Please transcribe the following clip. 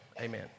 amen